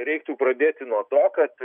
reiktų pradėti nuo to kad